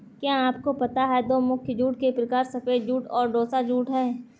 क्या आपको पता है दो मुख्य जूट के प्रकार सफ़ेद जूट और टोसा जूट है